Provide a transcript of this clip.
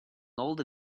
older